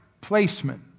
placement